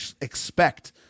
expect